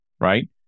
Right